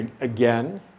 again